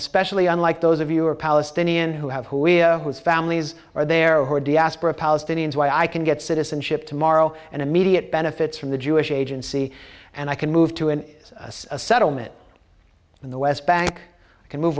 especially unlike those of you are palestinian who have who we whose families are there who are diaspora palestinians why i can get citizenship tomorrow and immediate benefits from the jewish agency and i can move to an a settlement in the west bank can move